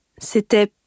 C'était